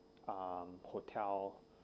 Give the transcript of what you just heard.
um hotel